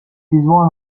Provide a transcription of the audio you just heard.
one